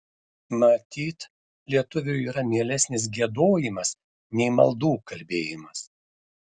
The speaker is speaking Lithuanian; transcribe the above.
matyt lietuviui yra mielesnis giedojimas nei maldų kalbėjimas